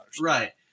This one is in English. Right